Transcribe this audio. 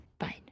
Fine